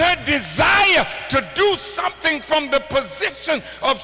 that desire to do something from the